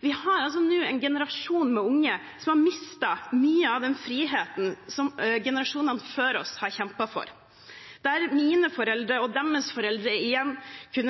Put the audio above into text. Vi har nå en generasjon med unge som har mistet mye av den friheten som generasjonene før oss har kjempet for. Der mine foreldre og deres foreldre igjen